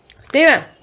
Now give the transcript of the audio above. Steven